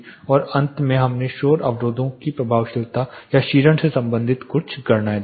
और अंत में हमने शोर अवरोधों की प्रभावशीलता या क्षीणन से संबंधित कुछ गणनाएँ देखीं